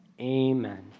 Amen